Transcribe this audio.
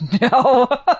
No